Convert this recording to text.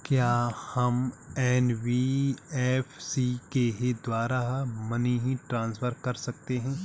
क्या हम एन.बी.एफ.सी के द्वारा मनी ट्रांसफर कर सकते हैं?